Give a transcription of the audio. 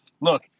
Look